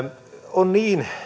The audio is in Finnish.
on niin